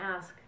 ask